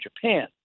Japan